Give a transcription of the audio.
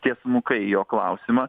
tiesmukai į jo klausimą